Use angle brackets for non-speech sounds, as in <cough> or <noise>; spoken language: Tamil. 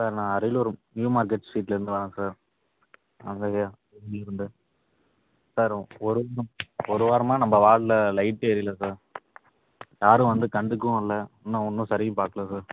சார் நான் அரியலூர் நியூ மார்க்கெட் ஸ்ட்ரீட்லேருந்து வரேன் சார் <unintelligible> சார் ஒரு <unintelligible> ஒரு வாரமாக நம்ப வார்டில் லைட் எரியலை சார் யாரும் வந்து கண்டுக்கவும் இல்லை இன்னும் ஒன்றும் சரியும் பார்க்கலை சார்